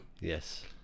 yes